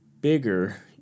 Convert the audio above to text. bigger